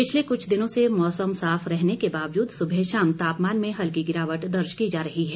पिछले कुछ दिनों से मौसम साफ रहने के बावजूद सुबह शाम तापमान में हल्की गिरावट दर्ज की जा रही है